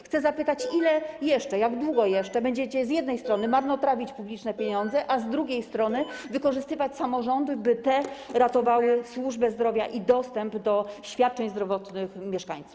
Chcę zapytać, ile jeszcze, jak długo jeszcze będziecie z jednej strony marnotrawić publiczne pieniądze, a z drugiej strony wykorzystywać samorządy, by te ratowały służbę zdrowia i dostęp do świadczeń zdrowotnych mieszkańców.